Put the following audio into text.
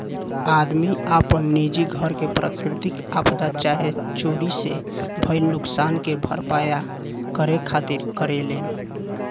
आदमी आपन निजी घर के प्राकृतिक आपदा चाहे चोरी से भईल नुकसान के भरपाया करे खातिर करेलेन